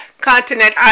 continent